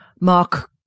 Mark